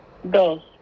Dos